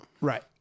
right